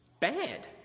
bad